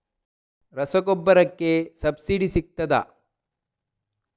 ರಸಗೊಬ್ಬರಕ್ಕೆ ಸಬ್ಸಿಡಿ ಸಿಗ್ತದಾ?